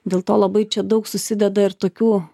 dėl to labai čia daug susideda ir tokių